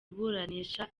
iburanisha